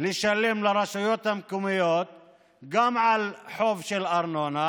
לשלם לרשויות המקומיות גם על חוב של ארנונה,